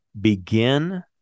begin